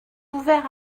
ouvert